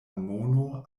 mono